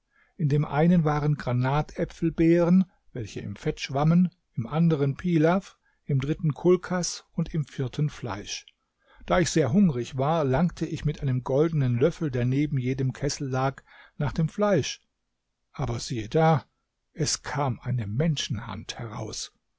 in dem einen waren granatäpfelbeeren welche im fett schwammen im anderen pilaw im dritten kulkas und im vierten fleisch da ich sehr hungrig war langte ich mit einem goldenen löffel der neben jedem kessel lag nach dem fleisch aber siehe da es kam eine menschenhand heraus